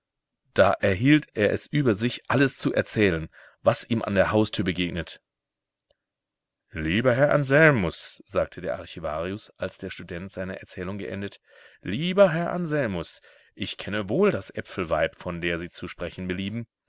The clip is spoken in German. da erhielt er es über sich alles zu erzählen was ihm an der haustür begegnet lieber herr anselmus sagte der archivarius als der student seine erzählung geendet lieber herr anselmus ich kenne wohl das äpfelweib von der sie zu sprechen belieben